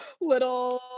little